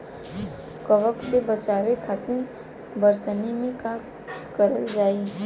कवक से बचावे खातिन बरसीन मे का करल जाई?